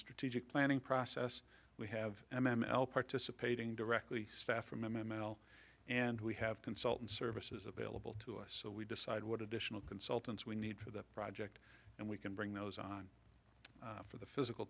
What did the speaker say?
strategic planning process we have m l participating directly staff from m l and we have consulting services available to us so we decide what additional consultants we need for the project and we can bring those on for the physical